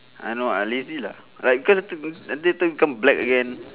uh no I lazy lah like because nanti nanti turn become black again